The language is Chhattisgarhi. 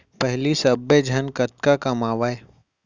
पहिली सब्बे झन कतका कमावयँ